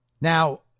Now